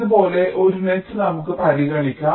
ഇതുപോലുള്ള ഒരു നെറ്റ് നമുക്ക് പരിഗണിക്കാം